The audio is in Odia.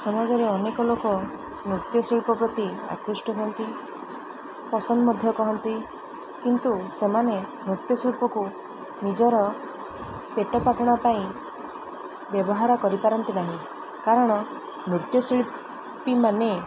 ସମାଜରେ ଅନେକ ଲୋକ ନୃତ୍ୟଶିଳ୍ପ ପ୍ରତି ଆକୃଷ୍ଟ ହୁଅନ୍ତି ପସନ୍ଦ ମଧ୍ୟ କହନ୍ତି କିନ୍ତୁ ସେମାନେ ନୃତ୍ୟଶିଳ୍ପକୁ ନିଜର ପେଟ ପାଟଣା ପାଇଁ ବ୍ୟବହାର କରିପାରନ୍ତି ନାହିଁ କାରଣ ନୃତ୍ୟଶିଳ୍ପୀମାନେ